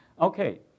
Okay